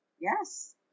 yes